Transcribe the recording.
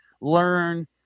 learn